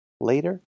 Later